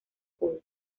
school